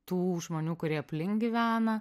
tų žmonių kurie aplink gyvena